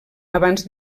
abans